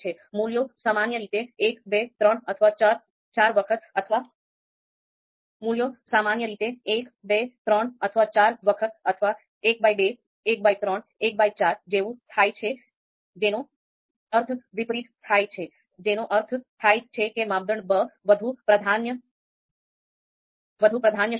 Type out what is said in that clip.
મૂલ્યો સામાન્ય રીતે ૧ ૨ ૩ અથવા ૪ વખત અથવા ૧૨ ૧૩ ૧૪ જેવું થાય છે જેનો અર્થ વિપરીત થાય છે જેનો અર્થ થાય છે માપદંડ બ વધુ પ્રાધાન્યક્ષમ છે